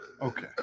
Okay